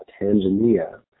Tanzania